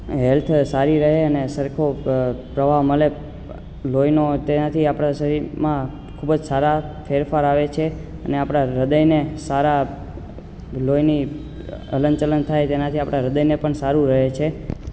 health સારી રહે અને સરખું પ્રવાહ મલે લોહીનું તેનાથી આપણા શરીરમાં ખૂબ જ સારા ફેરફાર આવે છે અને આપણા હ્યદયને સારા લોહીનું હલન ચલન થાય તેનાથી આપણા હ્યદયને પણ સારું રહે છે